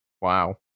Wow